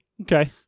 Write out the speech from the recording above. okay